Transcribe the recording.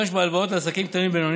יצוין שבהלוואות לעסקים קטנים ובינוניים,